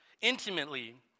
intimately